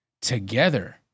together